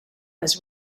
was